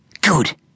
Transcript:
Good